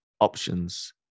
options